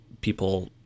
people